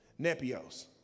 Nepios